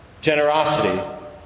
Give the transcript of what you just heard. generosity